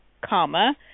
comma